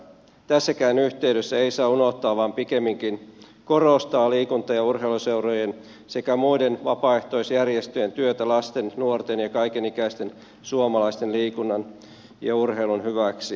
tässäkään yhteydessä ei saa unohtaa vaan pikemminkin korostaa liikunta ja urheiluseurojen sekä muiden vapaaehtoisjärjestöjen työtä lasten nuorten ja kaikenikäisten suomalaisten liikunnan ja urheilun hyväksi